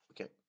okay